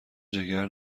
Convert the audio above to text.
جگر